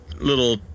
little